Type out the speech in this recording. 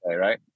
right